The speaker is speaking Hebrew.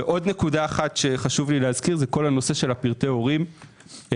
לגבי פרטי ההורים,